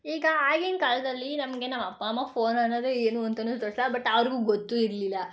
ಈಗ ಆಗಿನ ಕಾಲದಲ್ಲಿ ನಮಗೆ ನಮ್ಮ ಅಪ್ಪ ಅಮ್ಮ ಫೋನ್ ಅನ್ನೋದೆ ಏನು ಅಂತನೇ ಬಟ್ ಅವ್ರಿಗೂ ಗೊತ್ತೂ ಇರಲಿಲ್ಲ